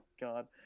god